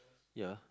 ya